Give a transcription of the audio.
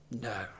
No